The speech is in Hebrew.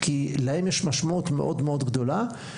כי להן יש משמעות מאוד גדולה.